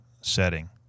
setting